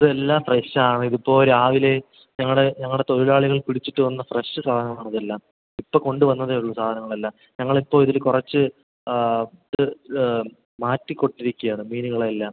ഇതെല്ലാം ഫ്രഷാണ് ഇതിപ്പോൾ രാവിലെ ഞങ്ങൾ ഞങ്ങളുടെ തൊഴിലാളികൾ പിടിച്ചിട്ട് വന്ന ഫ്രഷ് സാധനമാണ് ഇതെല്ലാം ഇപ്പോൾ കൊണ്ടുവന്നതേ ഉള്ളൂ സാധനങ്ങളെല്ലാം ഞങ്ങൾ ഇപ്പോൾ ഇതിൽ കുറച്ച് ഇത് മാറ്റിക്കൊണ്ടിരിക്കുകയാണ് മീനുകളെയെല്ലാം